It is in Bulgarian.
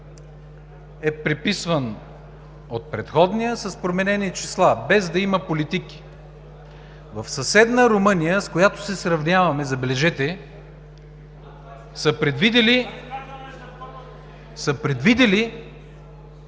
е преписван от предходния с променени числа, без да има политики. В съседна Румъния, с която се сравняваме, забележете, са предвидили от приходите